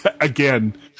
again